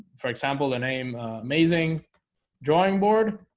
for example the name amazing drawing board